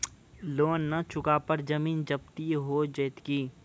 Loan न चुका पर जमीन जब्ती हो जैत की?